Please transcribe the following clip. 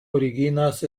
originas